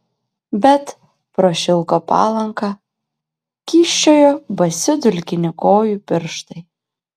bet pro šilko palanką kyščiojo basi dulkini kojų pirštai